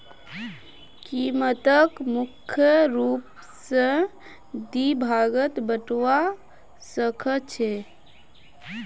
कीमतक मुख्य रूप स दी भागत बटवा स ख छ